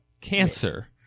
cancer